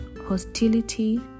hostility